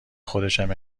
خودشم